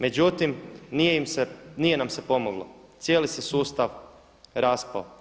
Međutim, nije nam se pomoglo cijeli se sustav raspao.